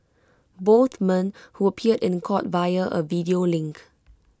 both men who appeared in court via A video link